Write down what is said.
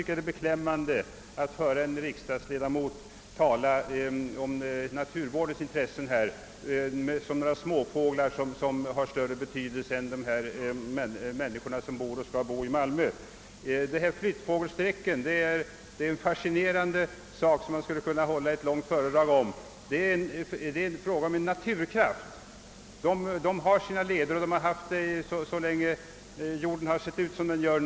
Det är beklämmande att höra en riksdagsledamot tala om naturvårdsintressena som herr Svenning gjorde. Det verkade som om han menade att småfåglarna tillmättes större betydelse än människorna som bor i och omkring Malmö. Flyttfågelssträcken är dock en fascinerande företeelse, en naturkraft som jag skulle kunna hålla ett långt föredrag om. Fåglarna har sina flygleder, som varit desamma så länge jorden sett ut som den gör.